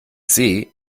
see